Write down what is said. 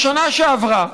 בשנה שעברה,